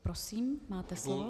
Prosím, máte slovo.